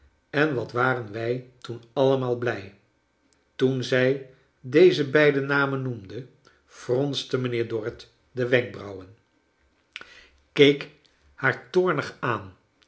en wat waren wij toen allemaal blij toen zij deze beide namen noemde fronste mijnheer dorrit de wenkbraukleine dorrit wen keek haar toornig aan